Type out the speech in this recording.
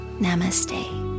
Namaste